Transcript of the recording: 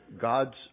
God's